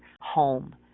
home